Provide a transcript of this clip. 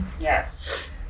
Yes